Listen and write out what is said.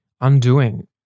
undoing